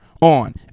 on